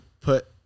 put